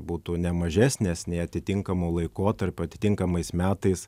būtų ne mažesnės nei atitinkamu laikotarpiu atitinkamais metais